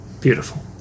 Beautiful